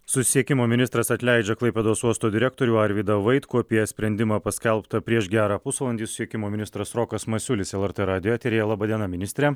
susisiekimo ministras atleidžia klaipėdos uosto direktorių arvydą vaitkų apie sprendimą paskelbtą prieš gerą pusvalandį susiekimo ministras rokas masiulis lrt radijo eteryje laba diena ministre